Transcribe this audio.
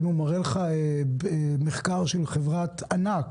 אם הוא מראה לך מחקר של חברת ענק